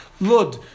Lud